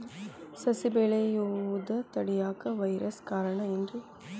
ಸಸಿ ಬೆಳೆಯುದ ತಡಿಯಾಕ ವೈರಸ್ ಕಾರಣ ಏನ್ರಿ?